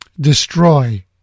destroy